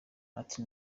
ati